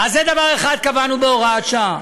זה דבר אחד שקבענו בהוראת שעה.